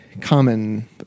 common